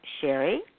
Sherry